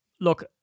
look